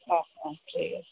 অঁ অঁ ঠিক আছে